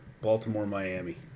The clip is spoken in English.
Baltimore-Miami